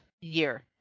Year